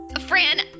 Fran